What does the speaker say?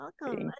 welcome